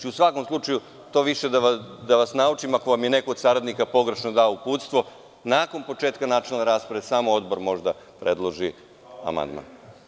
U svakom slučaju da vas naučim ako vam je neko od saradnika dao uputstvo, nakon početka načelne rasprave samo odbor može da predloži amandman.